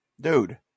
Dude